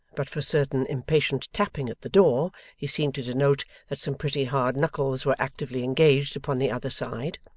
but for certain impatient tapping at the door he seemed to denote that some pretty hard knuckles were actively engaged upon the other side.